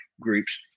groups